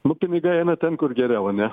nu pinigai eina ten kur geriau ane